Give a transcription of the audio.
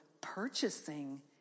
purchasing